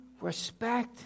respect